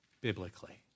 biblically